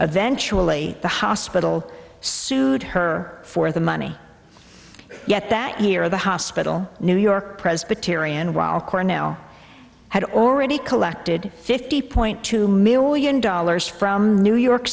eventually the hospital sued her for the money yet that year the hospital new york presbyterian weill cornell had already collected fifty point two million dollars from new york